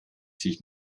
sich